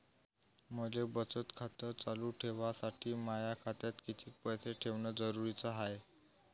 मले बचत खातं चालू ठेवासाठी माया खात्यात कितीक पैसे ठेवण जरुरीच हाय?